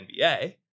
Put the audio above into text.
NBA